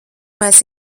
mēs